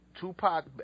Tupac